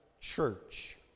church